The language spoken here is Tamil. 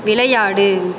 விளையாடு